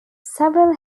several